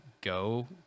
go